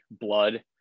blood